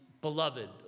beloved